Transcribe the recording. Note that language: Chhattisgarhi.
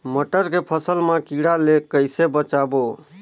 मटर के फसल मा कीड़ा ले कइसे बचाबो?